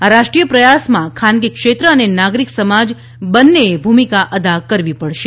આ રાષ્ટ્રીય પ્રયાસમાં ખાનગી ક્ષેત્ર અને નાગરીક સમાજ બંનેએ ભૂમિકા અદા કરવી પડશે